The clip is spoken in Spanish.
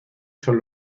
son